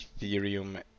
Ethereum